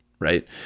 Right